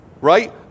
right